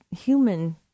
human